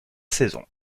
saison